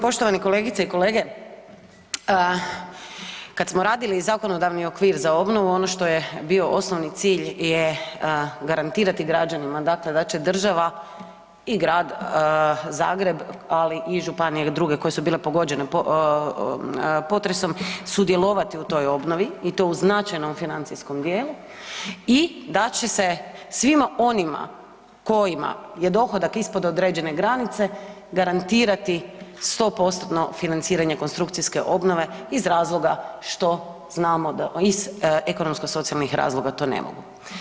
Poštovane kolegice i kolege, kad smo radili zakonodavni okvir za obnovu ono što je bio osnovni cilj je garantirati građanima, dakle da će država i grad Zagreb ali i županije druge koje su bile pogođene potresom sudjelovati u toj obnovi i to u značajnom financijskom dijelu i da će se svima onima kojima je dohodak ispod određene granice garantirati sto postotno financiranje konstrukcijske obnove iz razloga što znamo da, iz ekonomsko-socijalnih razloga to ne mogu.